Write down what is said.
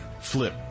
flip